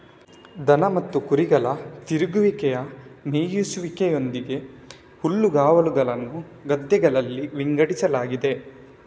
ದನ ಮತ್ತು ಕುರಿಗಳ ತಿರುಗುವಿಕೆಯ ಮೇಯಿಸುವಿಕೆಯೊಂದಿಗೆ ಹುಲ್ಲುಗಾವಲುಗಳನ್ನು ಗದ್ದೆಗಳಾಗಿ ವಿಂಗಡಿಸಲಾಗಿದೆ